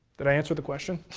did i answer the question?